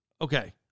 Okay